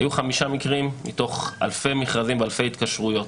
היו חמישה מקרים מתוך אלפי מכרזים ואלפי התקשרויות.